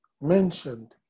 mentioned